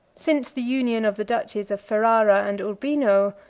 since the union of the duchies of ferrara and urbino,